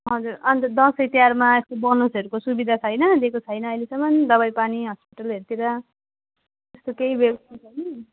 हजुर अन्त दसैँ तिहारमा यस्तो बोनसहरूको सुविधा छैन दिएको छैन अहिलेसम्म दबाई पानी हस्पिटलहरूतिर त्यस्तो केही ब्यवस्था छैन